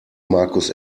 markus